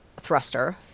thruster